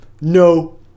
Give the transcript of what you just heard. no